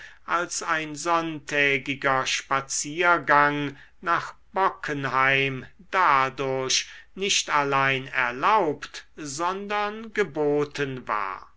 als ein sonntägiger spaziergang nach bockenheim dadurch nicht allein erlaubt sondern geboten war